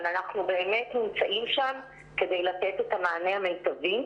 אבל אנחנו באמת נמצאים שם כדי לתת את המענה המיטבי,